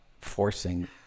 forcing